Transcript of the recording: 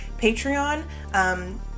Patreon